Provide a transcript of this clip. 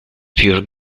pure